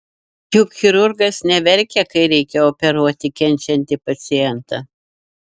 juk chirurgas neverkia kai reikia operuoti kenčiantį pacientą